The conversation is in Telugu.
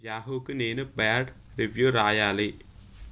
యాహుకి నేను బ్యాడ్ రివ్యూ రాయాలి